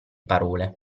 parole